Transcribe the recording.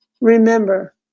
Remember